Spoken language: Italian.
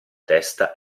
testa